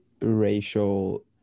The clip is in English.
racial